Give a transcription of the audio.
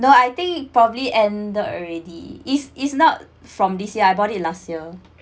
no I think probably ended already is is not from this year I bought it last year